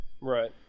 Right